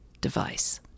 device